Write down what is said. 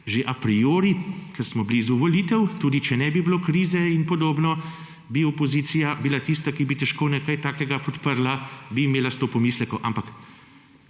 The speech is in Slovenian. že a priori, ker smo blizu volitev, tudi če ne bi bilo krize, bi opozicija bila tista, ki bi težko kaj takega podprla, bi imela sto pomislekov. Ampak